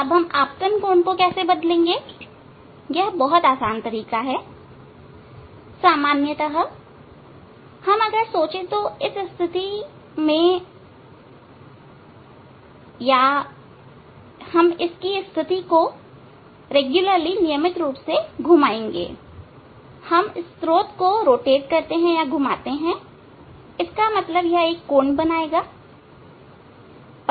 तो अब आपतन कोण कैसे बदलेंगे बहुत आसान तरीका है सामान्यत हम सोचे तो हम इसकी स्थिति को नियमित रूप से घुमाएंगे हम स्त्रोत को घुमाएंगे इसका मतलब यह एक कोण बनाएगा